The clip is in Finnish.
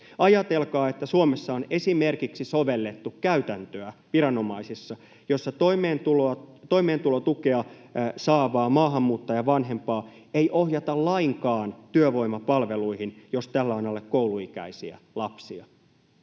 Ajatelkaa, että Suomessa on viranomaisissa sovellettu esimerkiksi käytäntöä, jossa toimeentulotukea saavaa maahanmuuttajavanhempaa ei ohjata lainkaan työvoimapalveluihin, jos tällä on alle kouluikäisiä lapsia.